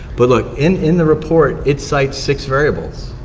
but look, in in the report, it cites six variables.